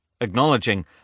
acknowledging